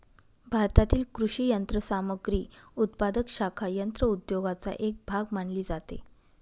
भारतातील कृषी यंत्रसामग्री उत्पादक शाखा यंत्र उद्योगाचा एक भाग मानली जाते